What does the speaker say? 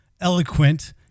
eloquent